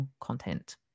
content